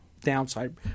downside